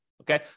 Okay